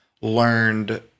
learned